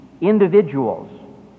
individuals